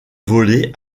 voler